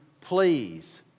please